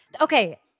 Okay